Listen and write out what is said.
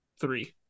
three